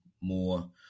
more